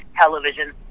television